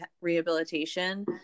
rehabilitation